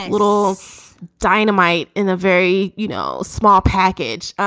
little dynamite in a very, you know, small package.